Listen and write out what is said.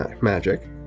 magic